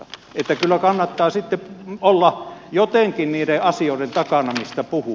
että kyllä kannattaa sitten olla jotenkin niiden asioiden takana mistä puhuu